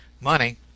money